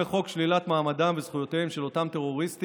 עוד פעם.